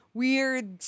weird